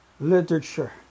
Literature